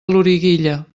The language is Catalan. loriguilla